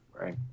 Right